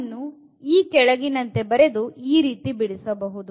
ಅದನ್ನು ಈ ಕೆಳಗಿನಂತೆ ಬರೆದು ಈ ರೀತಿ ಬಿಡಿಸಬಹುದು